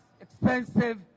expensive